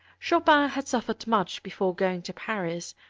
chopin had suffered much before going to paris,